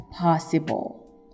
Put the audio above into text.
possible